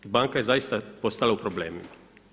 Banka je zaista postala u problemima.